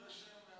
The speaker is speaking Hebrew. עכשיו,